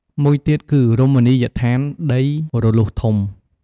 មួយទៀតគឺ រមនីយដ្ឋានដីរលុះធំ។